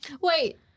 Wait